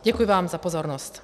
Děkuji vám za pozornost.